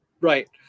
Right